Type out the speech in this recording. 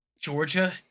Georgia